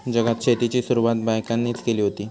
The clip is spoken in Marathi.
जगात शेतीची सुरवात बायकांनीच केली हुती